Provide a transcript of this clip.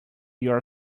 your